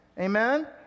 Amen